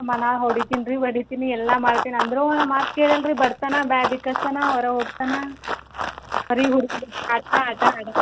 ಮನಾಗ್ಗೆ ಹೊಡಿತೀನಿ ರೀ ಬಡಿತೀನಿ ಎಲ್ಲ ಮಾಡ್ತೀನಿ ಅಂದರು ಅವ ನಮ್ಮ ಮಾತು ಕೇಳಲ್ಲ ರೀ ಬರ್ತನೆ ಬ್ಯಾಗ್ ಬಿಕ್ಕಸ್ತನೆ ಹೊರಗ್ ಹೋಗ್ತಾನೆ ಬರೀ ಹುಡುಕು ಬುದ್ದಿ ಆಟ ಆಟ ಆಡೋದು